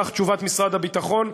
כך תשובת משרד הביטחון,